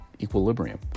equilibrium